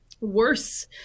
worse